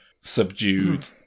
subdued